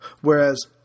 Whereas